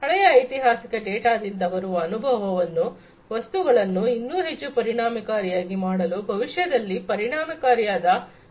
ಹಳೆಯ ಐತಿಹಾಸಿಕ ಡೇಟಾ ದಿಂದ ಬರುವ ಅನುಭವವು ವಸ್ತುಗಳನ್ನು ಇನ್ನೂ ಹೆಚ್ಚು ಪರಿಣಾಮಕಾರಿಯಾಗಿ ಮಾಡಲು ಭವಿಷ್ಯದಲ್ಲಿ ಪರಿಣಾಮಕಾರಿಯಾದ ವಿಧಾನಗಳನ್ನು ಮಾಡಲು ಉಪಯೋಗವಾಗುತ್ತದೆ